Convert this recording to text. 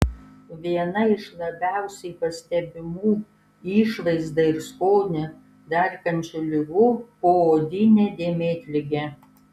viena iš labiausiai pastebimų išvaizdą ir skonį darkančių ligų poodinė dėmėtligė